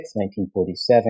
1947